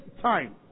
time